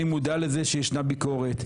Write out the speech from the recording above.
אני מודע לזה שישנה ביקורת,